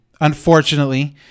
unfortunately